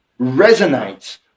resonates